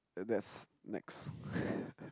that's next